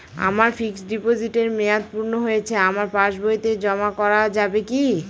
আমার ফিক্সট ডিপোজিটের মেয়াদ পূর্ণ হয়েছে আমার পাস বইতে জমা করা যাবে কি?